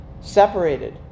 separated